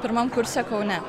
pirmam kurse kaune